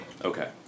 Okay